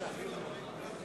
(קורא בשמות חברי הכנסת) אבישי